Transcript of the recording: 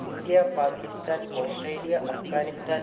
India Pakistan Australia Afghanistan